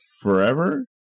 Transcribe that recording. forever